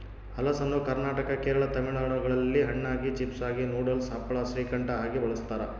ಹಲಸನ್ನು ಕರ್ನಾಟಕ ಕೇರಳ ತಮಿಳುನಾಡುಗಳಲ್ಲಿ ಹಣ್ಣಾಗಿ, ಚಿಪ್ಸಾಗಿ, ನೂಡಲ್ಸ್, ಹಪ್ಪಳ, ಶ್ರೀಕಂಠ ಆಗಿ ಬಳಸ್ತಾರ